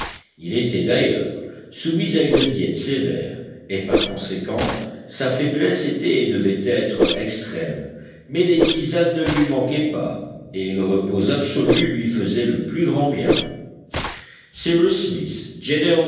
il était d'ailleurs soumis à une diète sévère et par conséquent sa faiblesse était et devait être extrême mais les tisanes ne lui manquaient pas et le repos absolu lui faisait le plus grand bien